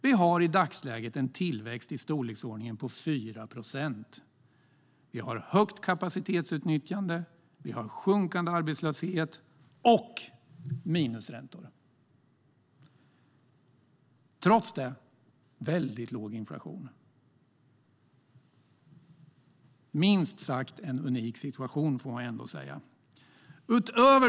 Vi har i dagsläget en tillväxt på i storleksordningen 4 procent, och vi har högt kapacitetsutnyttjande, sjunkande arbetslöshet och minusräntor. Trots det är inflationen väldigt låg. Man får säga att det är en unik situation, minst sagt.